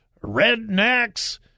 rednecks